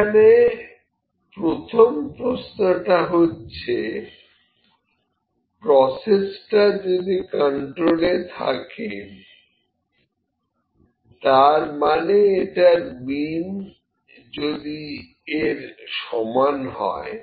এখন প্রথম প্রশ্নটা হচ্ছে প্রসেসটা যদি কন্ট্রোলে থাকে তার মানে এটার মিন যদি এর সমান হয়